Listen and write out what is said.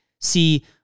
See